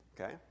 Okay